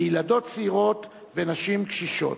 לילדות צעירות ונשים קשישות.